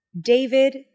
David